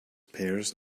pairs